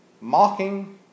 Mocking